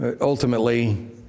Ultimately